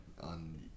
on